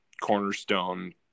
cornerstone